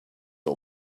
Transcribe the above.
all